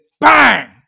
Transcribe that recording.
BANG